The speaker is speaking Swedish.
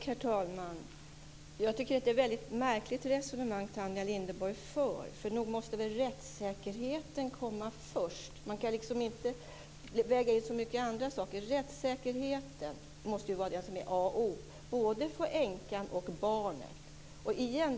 Herr talman! Jag tycker att det är ett väldigt märkligt resonemang Tanja Linderborg för. Nog måste rättssäkerheten komma först. Man kan inte väga in så många andra saker. Rättssäkerheten måste vara det som är A och O både för änkan och barnet.